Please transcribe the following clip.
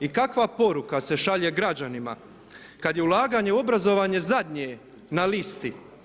I kakva poruka se šalje građanima kad je ulaganje u obrazovanje zadnje na listi?